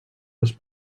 les